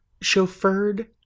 Chauffeured